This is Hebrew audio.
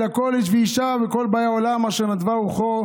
אלא כל איש ואישה מכל באי העולם אשר נדבה רוחו